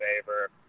favor